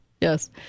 Yes